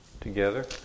together